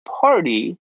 party